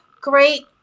great